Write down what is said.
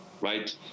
right